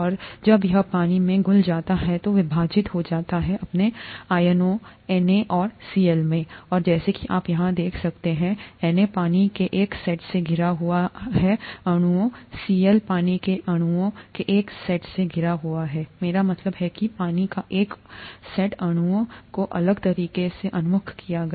और जब यह पानी में घुल जाता है तो विभाजित हो जाता है अपने आयनों Na और Cl में और जैसा कि आप यहाँ देख सकते हैं Na पानी के एक सेट से घिरा हुआ है अणुओं सीएल पानी के अणुओं के एक और सेट से घिरा हुआ है मेरा मतलब है कि पानी का एक और सेट अणुओं को अलग तरीके से उन्मुख किया गया